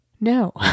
no